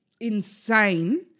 insane